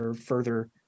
further